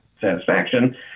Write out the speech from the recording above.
satisfaction